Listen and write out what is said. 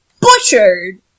butchered